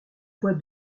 voix